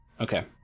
Okay